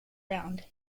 round